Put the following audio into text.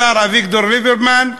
השר אביגדור ליברמן,